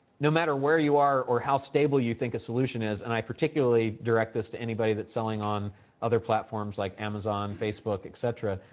no matter where you are or how stable you think a solution is, and i particularly direct this to anybody that's selling on other platforms like amazon, facebook, et cetera.